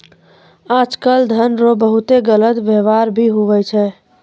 आय काल धन रो बहुते गलत वेवहार भी हुवै छै